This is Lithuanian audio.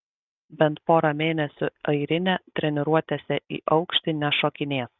bent pora mėnesių airinė treniruotėse į aukštį nešokinės